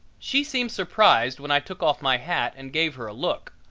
she seemed surprised when i took off my hat and gave her a look,